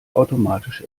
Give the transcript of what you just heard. automatisch